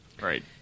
Right